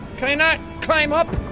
can i not. climb up?